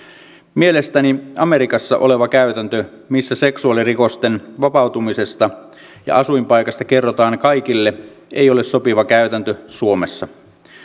mielestäni amerikassa oleva käytäntö missä seksuaalirikollisten vapautumisesta ja asuinpaikasta kerrotaan kaikille ei ole sopiva käytäntö suomessa